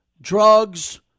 Drugs